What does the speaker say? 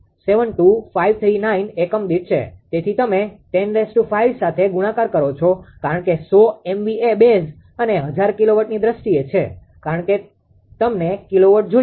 તેથી તમે 105 સાથે ગુણાકાર કરો છો કારણ કે 100 MVA બેઝ અને 1000 કિલોવોટની દ્રષ્ટિએ છે કારણ કે તમને કિલોવોટ જોઈએ છે